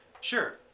Sure